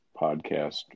podcast